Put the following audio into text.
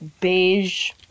beige